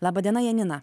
laba diena janina